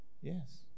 Yes